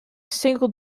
single